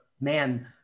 man